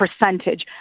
percentage